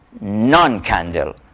non-candle